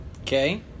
Okay